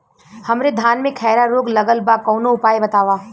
हमरे धान में खैरा रोग लगल बा कवनो उपाय बतावा?